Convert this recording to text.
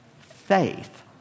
Faith